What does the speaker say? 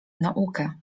naukę